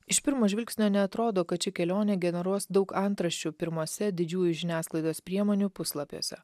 iš pirmo žvilgsnio neatrodo kad ši kelionė generuos daug antraščių pirmuose didžiųjų žiniasklaidos priemonių puslapiuose